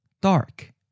dark